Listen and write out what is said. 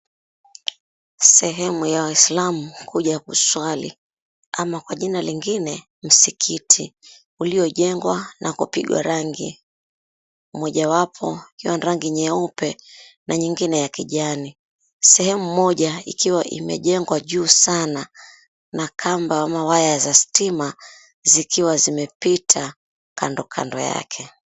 Sehemu ya Waislamu kuja kuswali, ama kwa jina lingine msikiti, uliojengwa na kupigwa rangi, moja wapo ikiwa ni rangi ya nyeupe na nyingine ya kijani, sehemu moja ikiwa imejengwa juu sana na kamba ama waya za stima zikiwa zimepita kando kando yake.